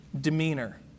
demeanor